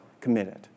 committed